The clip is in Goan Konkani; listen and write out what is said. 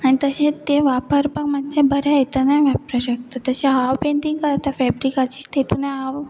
आनी तशें ते वापरपाक मातशें बऱ्या येतन वापर शकता तशें हांव पेंटींग करता फेब्रिकाची तेतून हांव